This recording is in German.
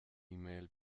mail